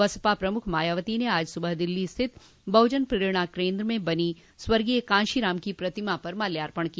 बसपा प्रमुख मायावती ने आज सुबह दिल्ली स्थित बहजन प्रेरणा केन्द्र में बनी स्वर्गीय कांशीराम की प्रतिमा पर माल्यार्पण किया